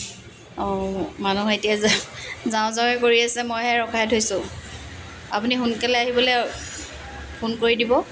অঁ মানুহ এতিয়া যাওঁ যাওঁ যাওঁৱে কৰি আছে মইহে ৰখাই থৈছোঁ আপুনি সোনকালে আহিবলৈ ফোন কৰি দিব